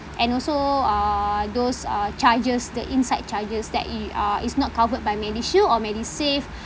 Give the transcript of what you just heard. and also err those uh charges the inside charges that i~ uh is not covered by Medishield or MediSave